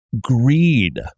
greed